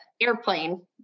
airplane